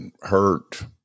hurt